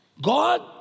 God